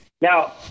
Now